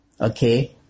Okay